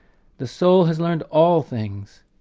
the soul has learned all things,